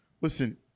listen